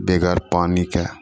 बेगर पानीके